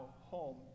home